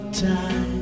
time